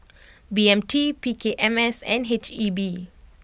B M T P K M S and H E B